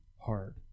hard